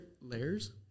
layers